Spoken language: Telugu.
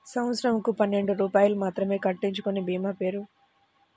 సంవత్సరంకు పన్నెండు రూపాయలు మాత్రమే కట్టించుకొనే భీమా పేరు?